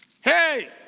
Hey